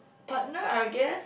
partner I will guess